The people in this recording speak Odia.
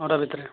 ନଅଟା ଭିତରେ